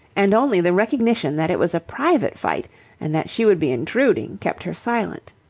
and only the recognition that it was a private fight and that she would be intruding kept her silent.